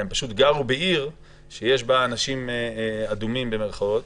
אלא הם גרו בעיר שיש בה אנשים אדומים, במירכאות,